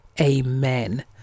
Amen